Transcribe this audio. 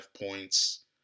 points